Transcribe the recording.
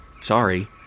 sorry